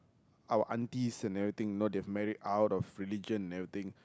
our aunties and everything you know they have married out of religion and everything